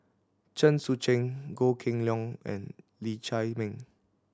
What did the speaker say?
Chen Sucheng Goh Kheng Long and Lee Chiaw Meng